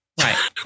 Right